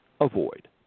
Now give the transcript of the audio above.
Avoid